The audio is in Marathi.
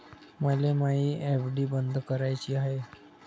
मले मायी एफ.डी बंद कराची हाय